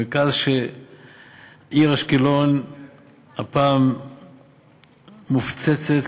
העיר אשקלון הפעם מופצצת